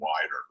wider